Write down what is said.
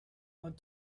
want